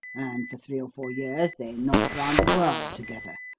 and for three or four years they knocked round the world together,